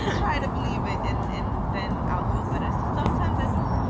try to believe it. and and then i'll feel better. so sometimes i do.